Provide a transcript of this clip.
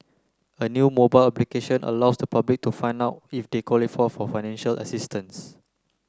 a new mobile application allows the public to find out if they qualify for financial assistance